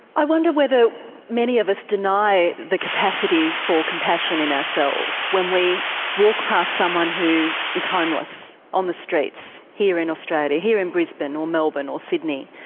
i wonder whether many of us deny the capacity for compassion in ourselves, when we walk past someone who is homeless, on the streets here in australia, here in brisbane or melbourne or sydney.